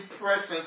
presence